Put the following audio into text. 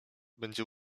będzie